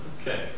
Okay